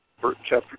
chapter